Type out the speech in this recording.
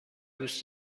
دوست